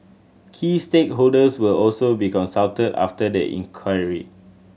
key stakeholders will also be consulted after the inquiry